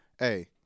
Hey